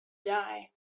die